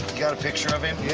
got a picture of him?